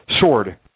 sword